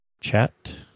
chat